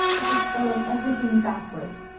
this has spoiled everything backwards.